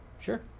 Sure